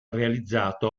realizzato